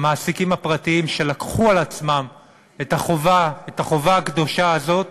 המעסיקים הפרטיים שלקחו על עצמם את החובה הקדושה הזאת